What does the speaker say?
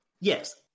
Yes